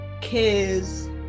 kids